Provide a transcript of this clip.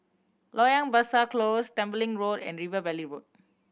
Loyang Besar Close Tembeling Road and River Valley Road